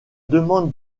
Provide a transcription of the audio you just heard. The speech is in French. demande